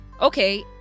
Okay